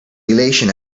elation